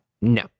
No